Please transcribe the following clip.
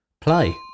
Play